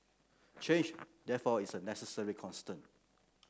change therefore is a necessary constant